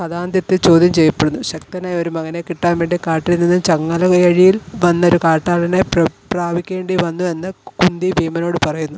കഥാന്ത്യത്തിൽ ചോദ്യം ചെയ്യപ്പെടുന്നു ശക്തനായ ഒരു മകനെ കിട്ടാൻ വേണ്ടി കാട്ടിൽ നിന്നും ചങ്ങലയഴിയിൽ വന്നൊരു കാട്ടാളനെ പ്രാപിക്കേണ്ടി വന്നൂ എന്ന് കുന്തി ഭീമനോട് പറയുന്നു